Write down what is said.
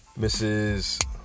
Mrs